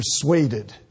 persuaded